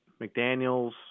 McDaniels